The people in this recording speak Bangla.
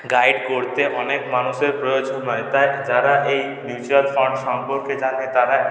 গাইড করতে অনেক মানুষের প্রয়োজন হয় তাই যারা এই মিউচুয়াল ফান্ড সম্পর্কে জানে তারা